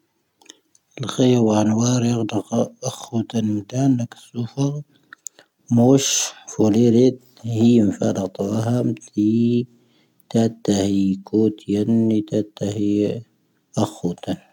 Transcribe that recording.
ʻⵇⴰⵢⵡⴰ ⴰⵏⵡⴰⵔ ⵉⵇⴷⵇⴰ ʻⴰⴽⴽoⵜⴰⵏ ʻⵎⴷⴰⵏⴰⵇ ʻⵙⵓⴼⴰⵔ. ⵎoⵙⵀ ⴼⵓⵍⵉⵔⵉⴷ ʻⵀⴻⴻⵎ ⴼⴰⴷⴰⵜⵡⴰ ⵀⴰⵎⴷⵉ. ⵜⴰⵜⵜⴰ ⵀⵉ ⴽoⵜ ⵢⴰⵏⵏⵉ ⵜⴰⵜⵜⴰ ⵀⵉ ʻⴰⴽⴽoⵜⴰⵏ.